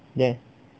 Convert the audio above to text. yes